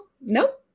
nope